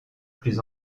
plus